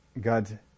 God